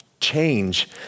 change